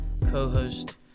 co-host